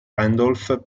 randolph